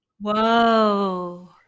Whoa